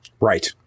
Right